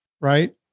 Right